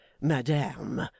Madame